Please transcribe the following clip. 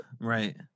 right